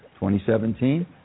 2017